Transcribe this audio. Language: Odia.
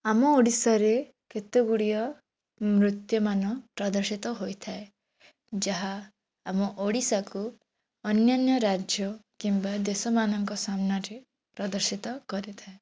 ଆମ ଓଡ଼ିଶାରେ କେତେଗୁଡ଼ିଏ ନୃତ୍ୟମାନ ପ୍ରଦର୍ଶିତ ହୋଇଥାଏ ଯାହା ଆମ ଓଡ଼ିଶାକୁ ଅନ୍ୟାନ୍ୟ ରାଜ୍ୟ କିମ୍ବା ଦେଶମାନଙ୍କ ସାମ୍ନାରେ ପ୍ରଦର୍ଶିତ କରିଥାଏ